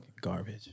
Garbage